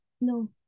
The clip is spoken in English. no